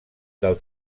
del